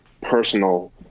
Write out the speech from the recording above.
personal